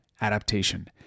Adaptation